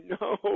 no